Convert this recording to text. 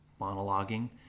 monologuing